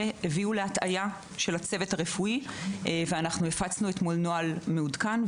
הביאו להטעיה של הצוות הרפואי ואנחנו הפצנו אתמול נוהל מעודכן.